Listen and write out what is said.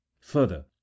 Further